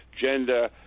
gender